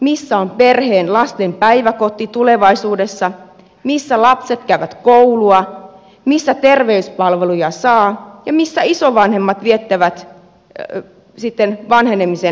missä on perheen lasten päiväkoti tulevaisuudessa missä lapset käyvät koulua missä terveyspalveluja saa ja missä isovanhemmat viettävät sitten vanhenemisen aikaansa